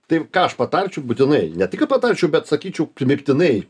tai ką aš patarčiau būtinai ne tik kad patarčiau bet sakyčiau primygtinai